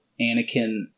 Anakin